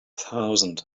thousand